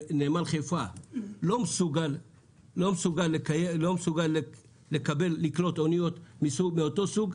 ונמל חיפה לא מסוגל לקלוט אוניות מאותו סוג,